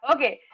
Okay